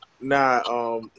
Nah